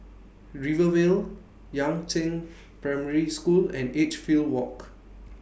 Rivervale Yangzheng Primary School and Edgefield Walk